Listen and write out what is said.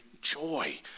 joy